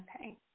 Okay